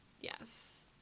Yes